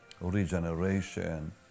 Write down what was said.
regeneration